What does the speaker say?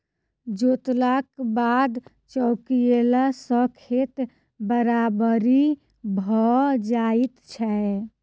जोतलाक बाद चौकियेला सॅ खेत बराबरि भ जाइत छै